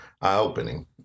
eye-opening